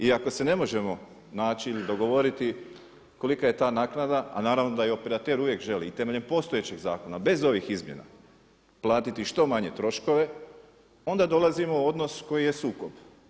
I ako se ne možemo naći ili dogovoriti kolika je ta naknada a naravno da i operater uvijek želi i temeljem postojećeg zakona bez ovih izmjena platiti što manje troškove onda dolazimo u odnos koji je sukob.